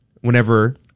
whenever